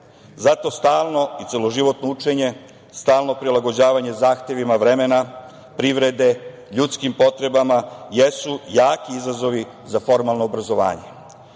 Zato stalno i celoživotno učenje, stalno prilagođavanje zahtevima vremena, privrede, ljudskim potrebama jesu jaki izazovi za formalno obrazovanje.U